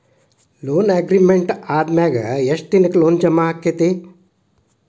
Loan agreement ಆದಮ್ಯಾಗ ಯೆಷ್ಟ್ ದಿನಕ್ಕ ಲೊನ್ ಜಮಾ ಆಕ್ಕೇತಿ?